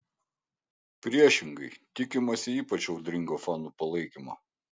priešingai tikimasi ypač audringo fanų palaikymo